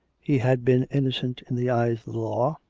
he had been innocent in the eyes of the law,